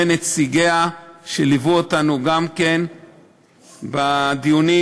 נציגיה שליוו אותנו גם כן בדיונים,